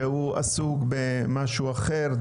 שעסוק במשהו אחר,